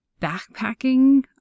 backpacking